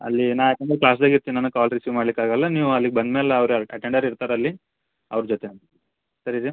ಅಲ್ಲಿ ನಾ ಯಾಕಂದ್ರೆ ಕ್ಲಾಸ್ದಾಗ ಇರ್ತೀನಿ ನನಗೆ ಕಾಲ್ ರಿಸೀವ್ ಮಾಡ್ಲಿಕ್ಕೆ ಆಗೋಲ್ಲ ನೀವು ಅಲ್ಲಿಗೆ ಬಂದ್ಮೇಲೆ ಅವರು ಅಟೆಂಡರ್ ಇರ್ತಾರೆ ಅಲ್ಲಿ ಅವ್ರ ಜೊತೆ ಸರಿ ರೀ